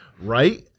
right